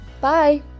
bye